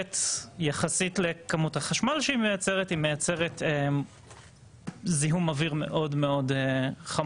יחסית לכמות החשמל שהיא מייצרת היא מייצרת זיהום אוויר מאוד חמור.